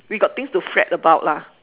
we got things to fret about lah